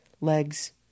legs